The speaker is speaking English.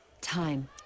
Time